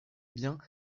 biens